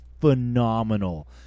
phenomenal